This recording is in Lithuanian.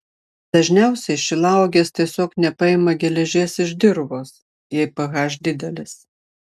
dažniausiai šilauogės tiesiog nepaima geležies iš dirvos jei ph didelis